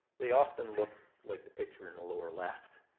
they often looked like the picture in the lower left.